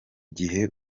gihe